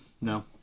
no